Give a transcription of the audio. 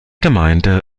gemeinde